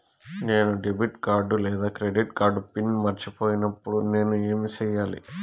నేను debit card లేదా credit card PIN మర్చిపోయినప్పుడు నేను ఏమి సెయ్యాలి?